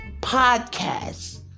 podcasts